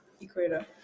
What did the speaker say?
equator